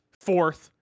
fourth